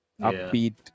upbeat